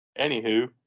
Anywho